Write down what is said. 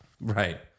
Right